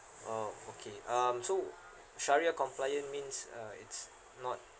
oh okay um so syriah compliant means uh it's not